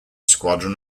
squadron